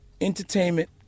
entertainment